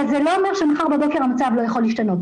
אבל זה לא אומר שמחר בבוקר המצב לא יכול להשתנות,